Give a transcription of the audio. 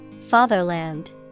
Fatherland